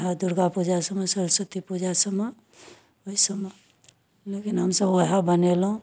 वएहे दुर्गा पूजा सबमे सरस्वती पूजा सबमे ओहि सबमे लेकिन हमसब वएह बनेलहुँ